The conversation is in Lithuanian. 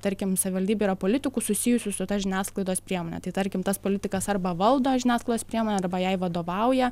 tarkim savivaldybė yra politikų susijusių su ta žiniasklaidos priemone tai tarkim tas politikas arba valdo žiniasklaidos priemonę arba jai vadovauja